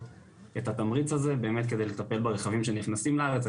את התמריץ הזה באמת כדי לטפל ברכבים שנכנסים לארץ.